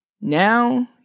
Now